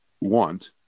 want